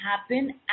happen